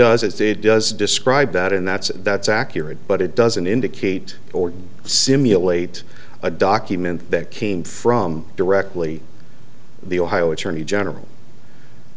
is it does describe that and that's that's accurate but it doesn't indicate or simulate a document that came from directly the ohio attorney general